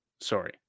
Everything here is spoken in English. Sorry